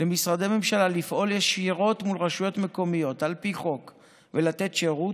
למשרדי הממשלה לפעול ישירות מול רשויות מקומיות על פי חוק ולתת שירות,